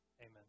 Amen